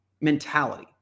mentality